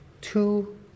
two